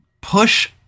push